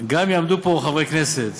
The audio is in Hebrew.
גם אם יעמדו פה חברי כנסת